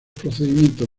procedimientos